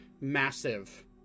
massive